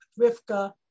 Rivka